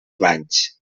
banys